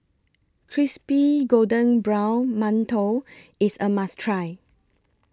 Crispy Golden Brown mantou IS A must Try